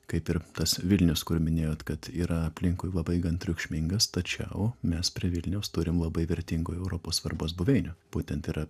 kaip ir tas vilnius kur minėjot kad yra aplinkui labai gan triukšmingas tačiau mes prie vilniaus turim labai vertingų europos svarbos buveinių būtent yra